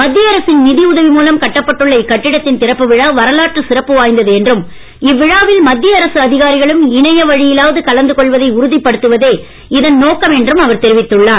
மத்திய அரசின் நிதி உதவி மூலம் கட்டப்பட்டுள்ள இக்கட்டிடத்தின் திறப்பு விழா வரலாற்றுச் சிறப்பு வாய்ந்தது என்றும் இவ்விழாவில் மத்திய அரசு அதிகாரிகளும் இணைய வழியிலாவது கலந்து கொள்வதை உறுதிப்படுத்துவதே இதன் நோக்கம் என்றும் அவர் தெரிவித்துள்ளார்